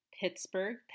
Pittsburgh